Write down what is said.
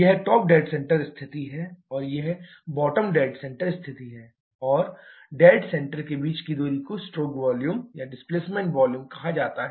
यह top dead centre स्थिति है और यह बॉटम डेड सेंटर स्थिति है और डेड सेंटर के बीच की दूरी को स्ट्रोक वॉल्यूम या डिस्प्लेसमेंट वॉल्यूम कहा जाता है